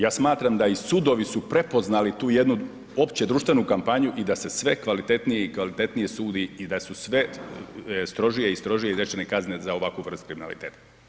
Ja smatram da i sudovi su prepoznali tu jednu opće-društvenu kampanju i da se sve kvalitetnije i kvalitetnije sudi i da su sve strožije i strožije izrečene kazne za ovakvu vrstu kriminaliteta.